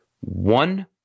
One